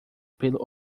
pelo